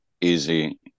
easy